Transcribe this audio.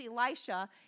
Elisha